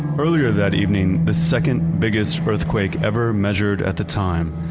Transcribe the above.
earlier that evening, the second biggest earthquake ever measured at the time,